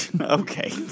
Okay